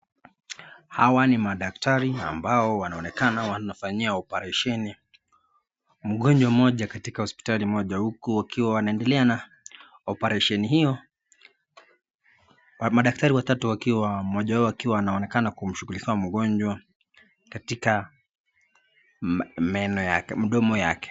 Hawa ni madaktari ambao wanaonekana wanafanyia operesheni mgonjwa mmoja katika hospitali moja huku wakiwa wanaendelea na operesheni hio, madaktari watatu wakiwa mmoja wao akiwa anaonekana kumshughulikia mgonjwa katika meno yake mdomo yake.